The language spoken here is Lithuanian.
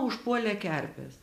užpuolė kerpės